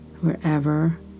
wherever